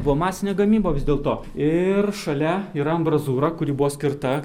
buvo masinė gamyba vis dėlto ir šalia yra ambrazūrą kuri buvo skirta